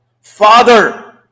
Father